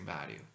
value